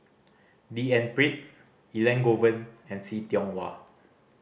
D N Pritt Elangovan and See Tiong Wah